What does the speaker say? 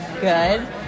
Good